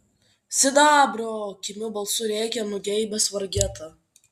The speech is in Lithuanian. sidabro kimiu balsu rėkia nugeibęs vargeta